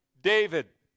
David